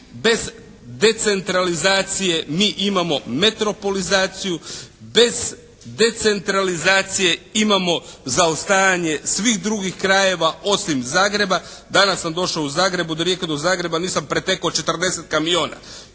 bez decentralizacije mi imamo metropolizaciju, bez decentralizacije imamo zaostajanje svih drugih krajeva osim Zagreba. Danas sam došao u Zagreb, od Rijeke do Zagreba nisam pretekao 40 kamiona.